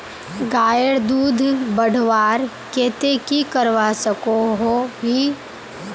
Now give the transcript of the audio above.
गायेर दूध बढ़वार केते की करवा सकोहो ही?